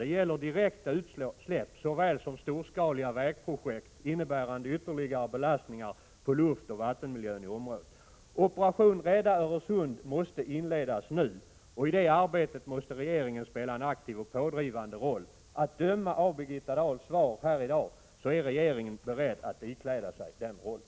Det gäller direkta utsläpp såväl som storskaliga vägprojekt, innebärande ytterligare belastningar på luftoch vattenmiljön i området. Operation Rädda Öresund måste inledas nu, och i det arbetet måste regeringen spela en aktiv och pådrivande roll. Att döma av Birgitta Dahls svar här i dag, är regeringen beredd att ikläda sig den rollen.